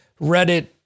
Reddit